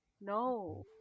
no